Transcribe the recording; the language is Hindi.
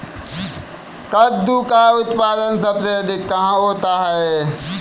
कद्दू का उत्पादन सबसे अधिक कहाँ होता है?